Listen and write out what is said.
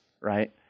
right